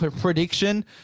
prediction